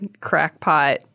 crackpot